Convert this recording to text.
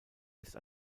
ist